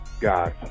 guys